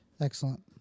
excellent